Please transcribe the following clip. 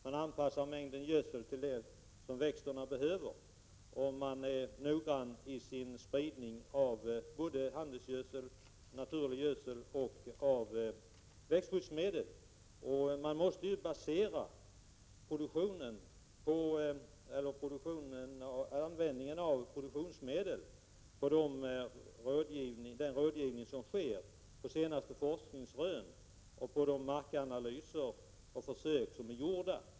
Man anpassar mängden gödsel till det som växterna behöver, och man är noggrann i sin spridning av både handelsgödsel och naturlig gödsel samt av växtskyddsmedel. Man måste basera användningen av produktionsmedlen på den rådgivning som sker, de senaste forskningsrönen och de markanalyser och försök som är gjorda.